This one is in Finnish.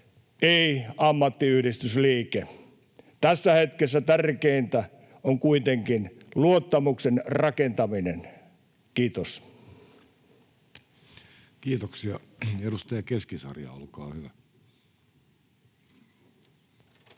ei ammattiyhdistysliike. Tässä hetkessä tärkeintä on kuitenkin luottamuksen rakentaminen. — Kiitos. Kiitoksia. — Edustaja Keskisarja, olkaa hyvä.